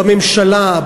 בממשלה,